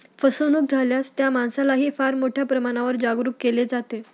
फसवणूक झाल्यास त्या माणसालाही फार मोठ्या प्रमाणावर जागरूक केले जाते